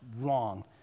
wrong